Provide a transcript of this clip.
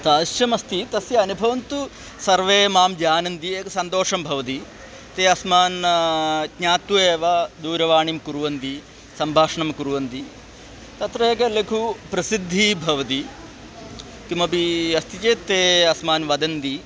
तादृशमस्ति तस्य अनुभवस्तु सर्वे मां जानन्ति एकः सन्तोषः भवति ते अस्मान् ज्ञात्वा एव दूरवाणीं कुर्वन्ति सम्भाषणं कुर्वन्ति तत्र एकं लघु प्रसिद्धिः भवति किमपि अस्ति चेत् ते अस्मान् वदन्ति